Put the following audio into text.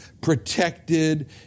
protected